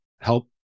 help